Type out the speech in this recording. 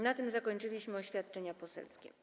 Na tym zakończyliśmy oświadczenia poselskie.